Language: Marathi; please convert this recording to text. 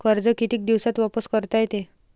कर्ज कितीक दिवसात वापस करता येते?